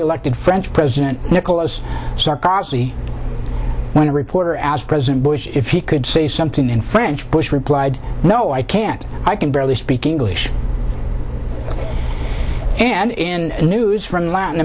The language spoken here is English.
elected french president nicolas sarkozy when a reporter asked president bush if he could say something in french bush replied no i can't i can barely speak english and in news from latin